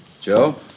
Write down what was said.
Joe